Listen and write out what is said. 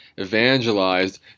evangelized